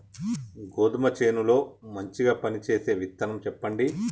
గోధుమ చేను లో మంచిగా పనిచేసే విత్తనం చెప్పండి?